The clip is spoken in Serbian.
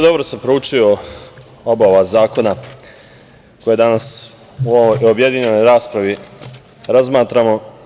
Dobro sam proučio oba ova zakona koja danas u objedinjenoj raspravi razmatramo.